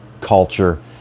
culture